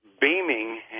beaming